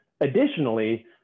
Additionally